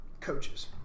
coaches